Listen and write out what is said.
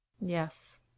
yes